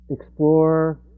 explore